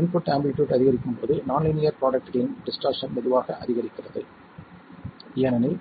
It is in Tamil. இன்புட் ஆம்ப்ளிடியூட் அதிகரிக்கும் போது நான் லீனியர் ப்ரோடக்ட்களின் டிஸ்டர்ஸ்ஸன் மெதுவாக அதிகரிக்கிறது ஏனெனில்